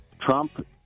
Trump